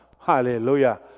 Hallelujah